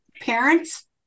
Parents